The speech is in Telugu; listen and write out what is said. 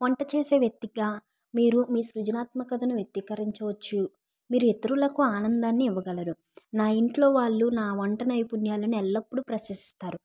వంట చేసే వ్యక్తిగా మీరు మీ సృజనాత్మకతను వ్యక్తీకరించవచ్చు మీరు ఇతరులకు ఆనందాన్ని ఇవ్వగలరు నా ఇంట్లో వాళ్ళు నా వంట నైపుణ్యాలను ఎల్లప్పుడూ ప్రశంసిస్తారు